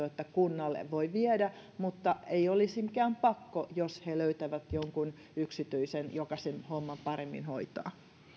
että kunnalle voi viedä mutta ei olisi mikään pakko jos he löytävät jonkun yksityisen joka sen homman paremmin hoitaa